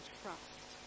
trust